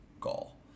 goal